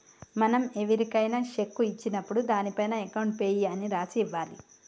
మనం ఎవరికైనా శెక్కు ఇచ్చినప్పుడు దానిపైన అకౌంట్ పేయీ అని రాసి ఇవ్వాలి